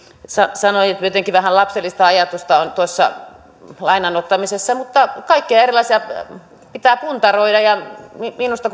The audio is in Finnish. sanoi että jotenkin vähän lapsellisesta ajatusta on tuossa lainan ottamisessa mutta kaikkea erilaista pitää puntaroida ja minusta